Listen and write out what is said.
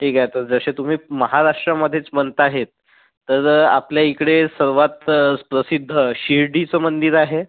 ठीक आहे तर जसे तुम्ही महाराष्ट्रामध्येच म्हणत आहेत तर आपल्या इकडे सर्वात प्रसिद्ध शिर्डीचं मंदिर आहे